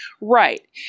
right